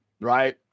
Right